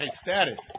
status